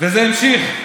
וזה נמשך.